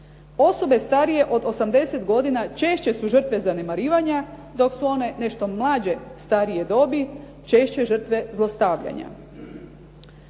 Osobe starije od 80 godina češće su žrtve zanemarivanja dok su one nešto mlađe starije dobi češće žrtve zlostavljanja.